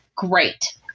great